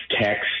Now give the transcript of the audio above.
text